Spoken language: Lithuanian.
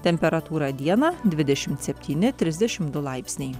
temperatūra dieną dvidešimt septyni trisdešim du laipsniai